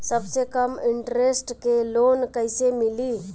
सबसे कम इन्टरेस्ट के लोन कइसे मिली?